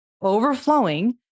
overflowing